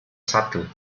sattel